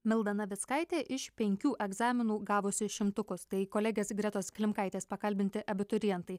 milda navickaitė iš penkių egzaminų gavusi šimtukus tai kolegės gretos klimkaitės pakalbinti abiturientai